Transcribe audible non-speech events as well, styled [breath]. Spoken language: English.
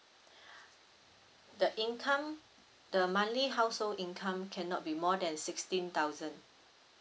[breath] the income the monthly household income cannot be more than sixteen thousand